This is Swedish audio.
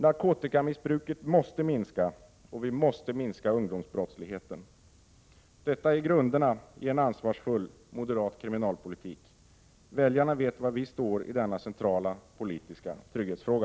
Narkotikamissbruket måste minska, och ungdomsbrottsligheten måste minska. Detta är grunderna i en ansvarsfull moderat kriminalpolitik. Väljarna vet var vi står när det gäller denna centrala politiska trygghetsfråga.